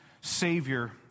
Savior